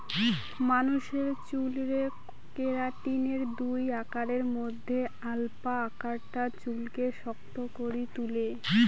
মানুষের চুলরে কেরাটিনের দুই আকারের মধ্যে আলফা আকারটা চুলকে শক্ত করি তুলে